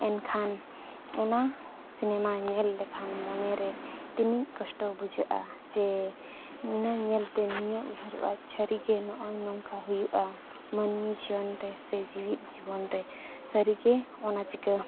ᱮᱱᱠᱷᱟᱱ ᱚᱱᱟ ᱧᱮᱞ ᱞᱮᱠᱷᱟᱱ ᱢᱚᱱᱮᱨᱮ ᱛᱤᱱᱟᱹᱜ ᱠᱚᱥᱴᱚ ᱵᱩᱡᱷᱟᱹᱜᱼᱟ ᱡᱮ ᱤᱱᱟᱹ ᱧᱮᱞᱛᱮ ᱱᱤᱭᱟᱹ ᱩᱭᱦᱟᱹᱨᱚᱜᱼᱟ ᱥᱟᱹᱨᱤᱜᱮ ᱱᱚᱜᱼᱚᱭ ᱱᱚᱝᱠᱟ ᱦᱩᱭᱩᱜᱼᱟ ᱢᱟᱱᱢᱤ ᱡᱤᱭᱚᱱᱨᱮ ᱥᱮ ᱡᱤᱣᱤᱫ ᱡᱤᱵᱚᱱ ᱨᱮ ᱥᱟᱹᱨᱤᱜᱮ ᱚᱱᱟ ᱪᱤᱠᱟᱹ